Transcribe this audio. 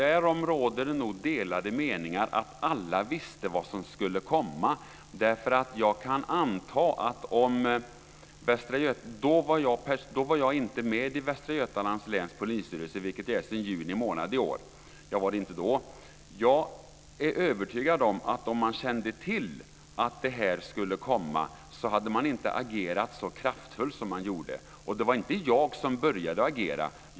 Fru talman! Ingvar Johnsson säger att alla visste vad som skulle komma. Därom råder det nog delade meningar. Jag är sedan juni månad i år med i Västra Götalands läns polisstyrelse, men jag var det inte då. Jag är övertygad om att ifall man hade känt till att det här skulle komma så hade man inte agerat så kraftfullt som man gjorde. Och det var inte jag som började agera.